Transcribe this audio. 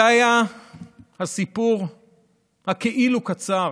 זה היה הסיפור הכאילו-קצר